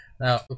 Now